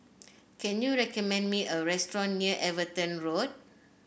can you recommend me a restaurant near Everton Road